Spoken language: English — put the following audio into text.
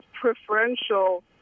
preferential